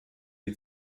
die